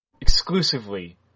exclusively